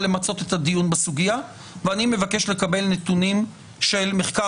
למצות את הדיון בסוגיה ואני מבקש לקבל נתונים של מחקר